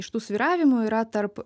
iš tų svyravimų yra tarp